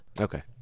Okay